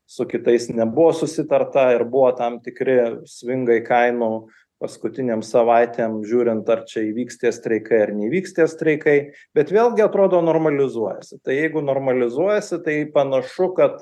su kitais nebuvo susitarta ir buvo tam tikri svingai kainų paskutinėm savaitėm žiūrint ar čia įvyks tie streikai ar neįvyks tie streikai bet vėlgi atrodo normalizuojasi tai jeigu normalizuojasi tai panašu kad